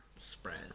spread